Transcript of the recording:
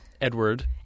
Edward